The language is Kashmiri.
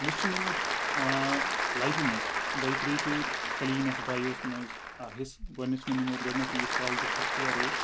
مےٚ چھِ نِمُت لایفہِ منٛز دوٚیہِ ترٛیٚیہِ پھِر کٔلیٖن نٮ۪س ڈرٛایوَس منٛز حِصہٕ گۄڈنٮ۪تھ چھِ مےٚ نِمُت گۄڈنٮ۪تھ یُس کالجُک فٔسٹ یِیَر اوس